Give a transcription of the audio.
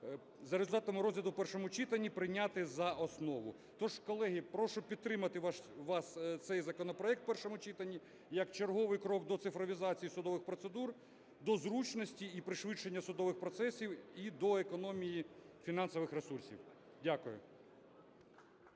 за результатами розгляду в першому читанні прийняти за основу. Тож, колеги, прошу підтримати вас цей законопроект в першому читанні як черговий крок до цифровізації судових процедур, до зручності і пришвидшення судових процесів, і до економії фінансових ресурсів. Дякую.